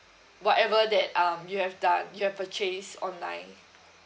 whatever that um you have done you have purchased online